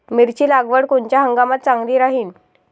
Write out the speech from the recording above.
मिरची लागवड कोनच्या हंगामात चांगली राहीन?